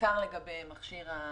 בעיקר לגבי מכשיר ה-PET-CT.